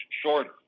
shorter